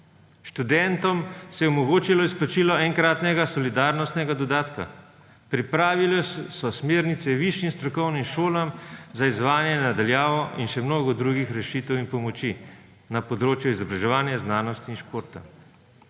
študentom se je omogočilo izplačilo enkratnega solidarnostnega dodatka, pripravili so smernice višjim strokovnim šolam za izvajanje na daljavo in še mnogi drugih rešitev in pomoči na področju izobraževanja, znanosti in športa.